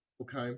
okay